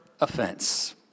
offense